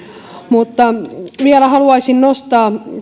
vielä haluaisin nostaa